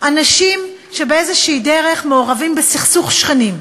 אנשים שבאיזושהי דרך מעורבים בסכסוך שכנים.